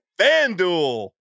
FanDuel